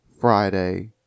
Friday